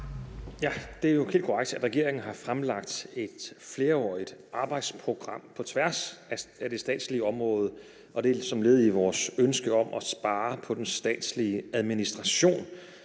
Det er jo helt korrekt, at regeringen har fremlagt et flerårigt arbejdsprogram på tværs af det statslige område som led i vores ønske om at spare på den statslige administration.